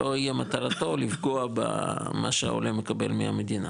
לא יהיה מטרתו לפגוע במה שהעולה מקבל מהמדינה,